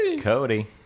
cody